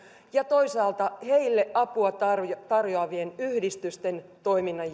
kuin toisaalta heille apua tarjoavien yhdistysten toiminnan